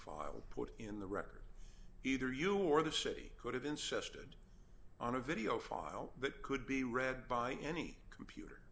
file put in the record either you or the city could have insisted on a video file that could be read by any computer